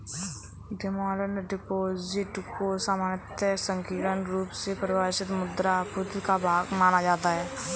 demand deposit को सामान्यतः संकीर्ण रुप से परिभाषित मुद्रा आपूर्ति का भाग माना जाता है